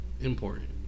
important